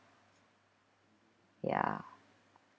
ya